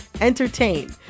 entertain